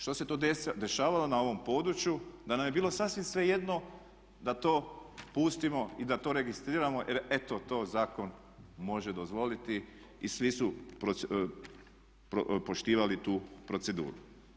Što se to dešavalo na ovom području da nam je bilo sasvim svejedno da to pustimo i da to registriramo jer eto to zakon može dozvoliti i svi su poštivali tu proceduru.